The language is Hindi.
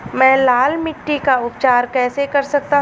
मैं लाल मिट्टी का उपचार कैसे कर सकता हूँ?